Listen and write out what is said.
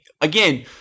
again